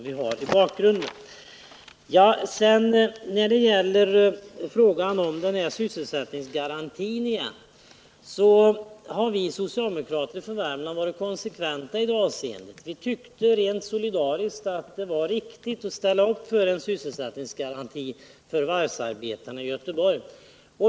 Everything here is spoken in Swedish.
När det sedan gäller frågan om sysselsättningsgarantin har vi socialdemokrater från Värmland varit konsekventa. Vi tyckte av ren solidaritet att det var riktigt att ställa upp bakom en sysselsättningsgaranti för varvsarbetarna i Göteborg.